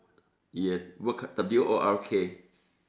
yes work W O R K